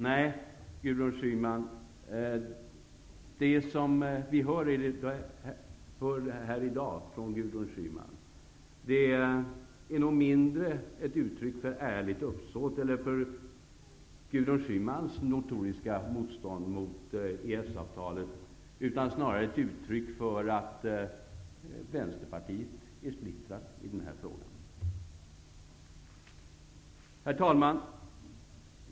Nej, det som vi hör här i dag från Gudrun Schyman är nog mindre ett uttryck för ärligt uppsåt eller för Gudrun Schymans notoriska motstånd mot EES avtalet, utan snarare ett uttryck för att Vänsterpartiet är splittrat i denna fråga. Herr talman!